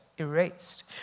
erased